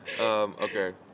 Okay